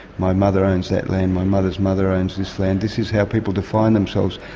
my mother owns that land, my mother's mother owns this land. this is how people define themselves.